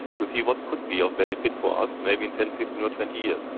to see what could be of benefit for us, maybe in ten, fifteen or twenty years.